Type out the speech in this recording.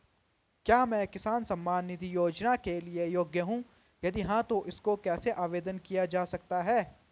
क्या मैं किसान सम्मान निधि योजना के लिए योग्य हूँ यदि हाँ तो इसको कैसे आवेदन किया जा सकता है?